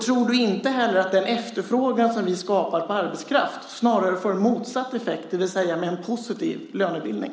Tror du inte heller att den efterfrågan på arbetskraft som vi skapar snarare får motsatt effekt, det vill säga en positiv lönebildning?